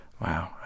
Wow